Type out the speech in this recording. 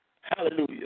Hallelujah